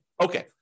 Okay